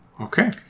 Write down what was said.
Okay